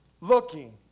looking